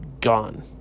gone